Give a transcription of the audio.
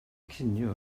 cinio